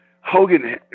Hogan